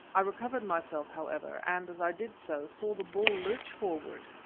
i recovered myself, however, and, as i did so, saw the bull lurch forward,